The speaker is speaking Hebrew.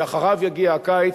ואחריו יגיע הקיץ,